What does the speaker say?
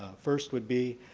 first would be,